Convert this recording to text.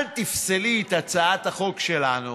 אל תפסלי את הצעת החוק שלנו